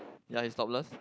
ya he's topless